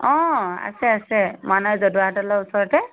অঁ আছে আছে মৰাণ জদৰা তলৰ ওচৰতে